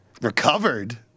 Recovered